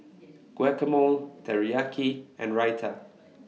Guacamole Teriyaki and Raita